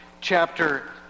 chapter